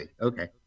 Okay